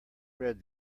read